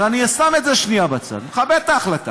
אבל אני שם את זה בצד, מכבד את ההחלטה.